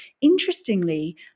Interestingly